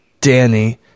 Danny